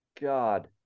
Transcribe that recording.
God